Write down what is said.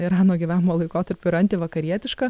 irano gyvavimo laikotarpiu ir antivakarietiška